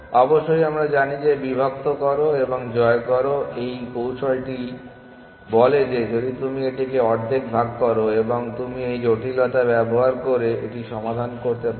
অবশ্যই আমরা জানি যে বিভক্ত করো এবং জয় করো এই কৌশলটি বলে যে তুমি যদি এটিকে অর্ধেক ভাগ করো তবে তুমি এই জটিলতা ব্যবহার করে এটি সমাধান করতে পারো